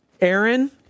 Aaron